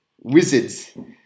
wizards